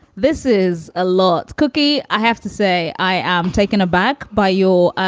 this is a lot. cookie, i have to say, i am taken aback by your ah